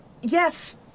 Yes